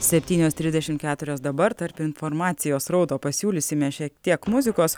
septynios trisdešim keturios dabar tarp informacijos srauto pasiūlysime šiek tiek muzikos